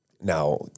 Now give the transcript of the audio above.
Now